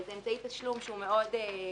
זה אמצעי תשלום שהוא מאוד נפוץ,